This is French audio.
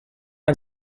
une